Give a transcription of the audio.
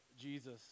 Jesus